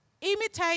imitate